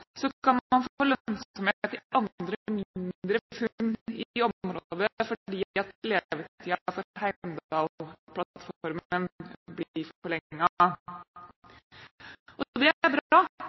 kan man få lønnsomhet i andre mindre funn i området, fordi levetiden for Heimdal-plattformen blir forlenget. Det er bra, for vi er